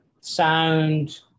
Sound